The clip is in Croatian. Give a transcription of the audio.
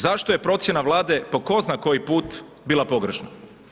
Zašto je procjena Vlade, po ko zna koji put bila pogrešna?